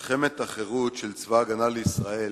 "מלחמת החירות של צבא-ההגנה לישראל